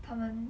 他们